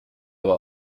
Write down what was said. aber